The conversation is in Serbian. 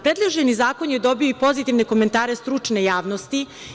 Predloženi zakon je dobio pozitivne komentare stručne javnosti.